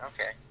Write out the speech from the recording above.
Okay